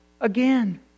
again